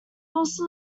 also